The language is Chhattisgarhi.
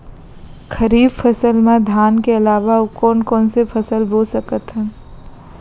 खरीफ फसल मा धान के अलावा अऊ कोन कोन से फसल बो सकत हन?